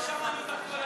לא שמענו אותך כל